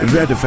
Red